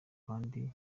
kandi